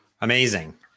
Amazing